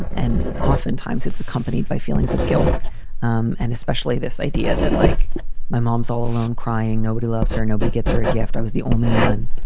and and oftentimes it's accompanied by feelings of guilt um and especially this idea that, like my mom's all alone crying. nobody loves her. nobody gets her a gift. i was the only one,